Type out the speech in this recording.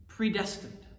predestined